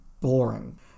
boring